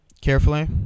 carefully